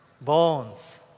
Bones